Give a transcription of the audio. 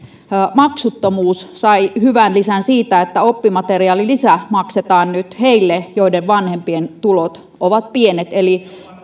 maksuttomuus sai hyvän lisän siitä että oppimateriaalilisä maksetaan nyt heille joiden vanhempien tulot ovat pienet eli